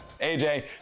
AJ